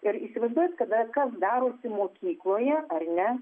ir įsivaizduojat kada kas darosi mokykloje ar ne